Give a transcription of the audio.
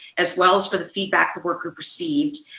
as well as for the feedback the work group received,